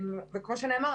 וכמו שנאמר,